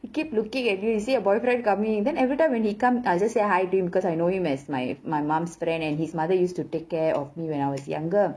keep looking at you you see your boyfriend coming then every time when he come I'll just say hi to him because I know him as my my mum's friend and his mother used to take care of me when I was younger